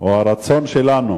או ברצון שלנו